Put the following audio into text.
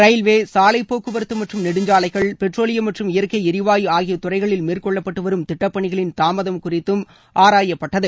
railway சாலைப்போக்குவரத்து மற்றும் நெடுஞ்சாலைகள் பெட்ரோலியம் மற்றும் இயற்கை எரிவாயு ஆகிய துறைகளில் மேற்கொள்ளப்பட்டு வரும் திட்டப் பணிகளின் தாமதம் குறித்தும் ஆராயப்பட்டது